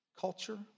culture